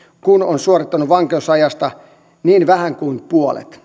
kun on suorittanut vankeusajasta niin vähän kuin puolet